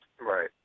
Right